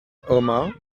omar